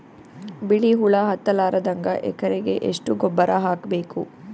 ಬಿಳಿ ಹುಳ ಹತ್ತಲಾರದಂಗ ಎಕರೆಗೆ ಎಷ್ಟು ಗೊಬ್ಬರ ಹಾಕ್ ಬೇಕು?